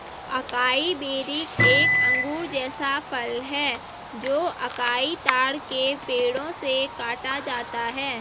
acai berry एक अंगूर जैसा फल है जो अकाई ताड़ के पेड़ों से काटा जाता है